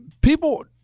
people